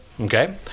Okay